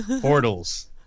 portals